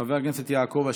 חבר הכנסת יעקב אשר,